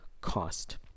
cost